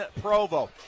Provo